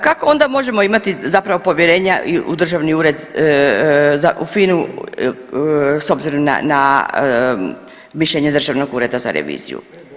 Kako onda možemo imati zapravo povjerenja i u Državni ured za, u FINA-u s obzirom na, na mišljenje Državnog ureda za reviziju?